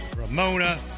Ramona